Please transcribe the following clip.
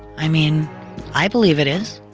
i mean i believe it is.